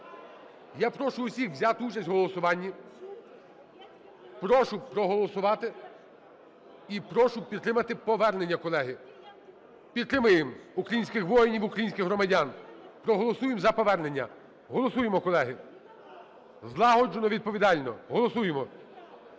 Я прошу всіх взяти участь в голосуванні. Прошу проголосувати і прошу підтримати повернення, колеги. Підтримаємо українських воїнів, українських громадян, проголосуємо за повернення. Голосуємо, колеги, злагоджено, відповідально. Голосуємо.